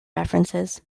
references